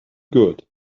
good